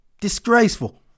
Disgraceful